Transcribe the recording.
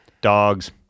Dogs